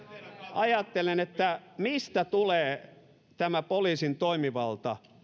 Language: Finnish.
ajattelen että mistä tulee tämä poliisin toimivalta